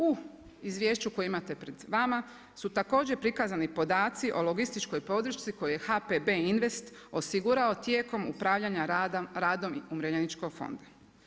U izvješću koji imate pred vama su također prikazani podaci o logističkoj podršci koju je HPB Invest osigurao tijekom upravljanja radom umirovljeničkog fonda.